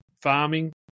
farming